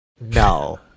no